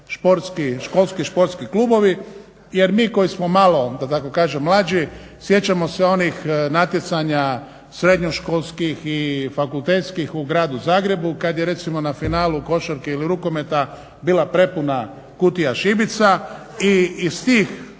školski športski klubovi. Jer mi koji smo mali, da tako kažem mlađi, sjećamo se onih natjecanja srednjoškolskih i fakultetskih u Gradu Zagrebu kad je recimo na finalu košarke ili rukometa bila prepuna Kutija šibica i iz tih